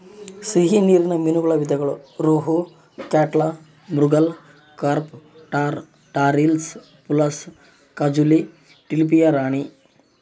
ಸಿಹಿ ನೀರಿನ ಮೀನುಗಳ ವಿಧಗಳು ರೋಹು, ಕ್ಯಾಟ್ಲಾ, ಮೃಗಾಲ್, ಕಾರ್ಪ್ ಟಾರ್, ಟಾರ್ ಹಿಲ್ಸಾ, ಪುಲಸ, ಕಾಜುಲಿ, ಟಿಲಾಪಿಯಾ ರಾಣಿ